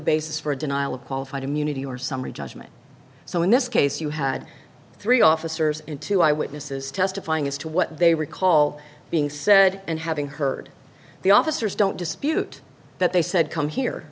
basis for a denial of qualified immunity or summary judgment so in this case you had three officers in two eye witnesses testifying as to what they recall being said and having heard the officers don't dispute that they said come here